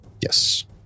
Yes